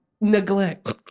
neglect